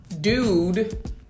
dude